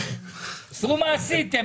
תראו מה עשיתם.